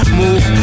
move